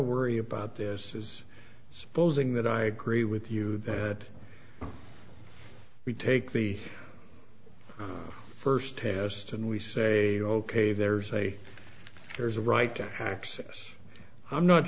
worry about this is supposing that i agree with you that we take the first test and we say ok there's a there's a right to have access i'm not